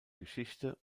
geschichte